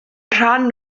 rhan